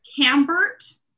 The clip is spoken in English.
cambert